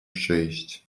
przyjść